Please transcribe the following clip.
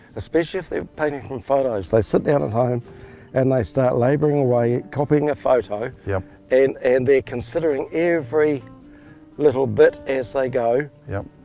especially if they paint from photos, they sit down at home and they start laboring away, copying a photo, yeah and and they're considering every little bit as they go. yep.